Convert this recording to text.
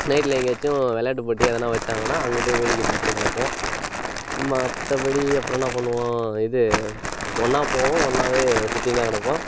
நைட்டில் எங்கேயாச்சும் விளையாட்டு போட்டி எதனால் வைச்சாங்கன்னா அங்கே போய் வேடிக்கை பார்த்துட்டு கிடப்போம் மற்றபடி அப்புறம் என்ன பண்ணுவோம் இது ஒன்றா போவோம் ஒன்றாவே சுற்றின்னுதான் கிடப்போம்